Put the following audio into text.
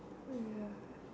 ya